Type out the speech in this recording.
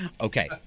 Okay